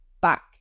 back